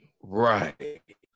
Right